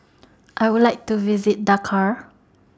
I Would like to visit Dakar